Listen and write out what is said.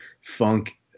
funk